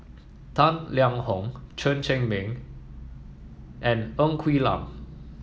Tang Liang Hong Chen Cheng Mei and Ng Quee Lam